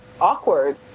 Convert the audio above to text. awkward